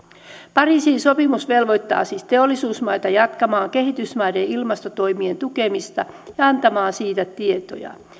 pariisin sopimus velvoittaa siis teollisuusmaita jatkamaan kehitysmaiden ilmastotoimien tukemista ja antamaan siitä tietoja